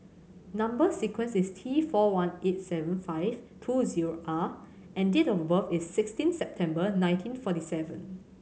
number sequence is T four one eighty seven five two zero R and date of birth is sixteen September nineteen forty seven